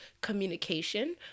communication